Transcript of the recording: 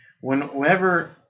whenever